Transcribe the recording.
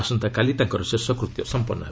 ଆସନ୍ତାକାଲି ତାଙ୍କର ଶେଷକୃତ୍ୟ ସମ୍ପନ୍ନ ହେବ